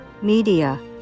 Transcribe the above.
Media